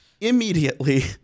Immediately